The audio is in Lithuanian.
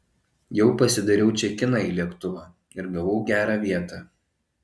jau pasidariau čekiną į lėktuvą ir gavau gerą vietą